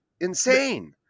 insane